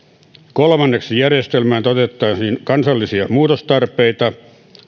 kolmanneksi järjestelmään toteutettaisiin kansallisia muutostarpeita